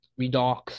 Redox